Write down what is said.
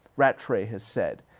rattray has said,